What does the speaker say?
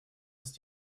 ist